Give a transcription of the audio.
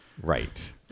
Right